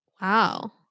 Wow